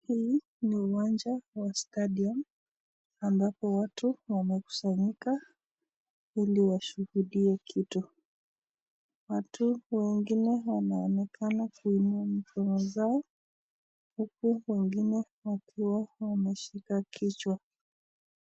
Hii ni uwanja wa Stadium ambapo watu wamekusanyika ili washuhudie kitu. Watu wengine wanaonekana kuinua mikono zao huku wengine wakiwa wameshika kichwa.